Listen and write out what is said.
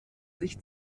sich